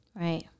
Right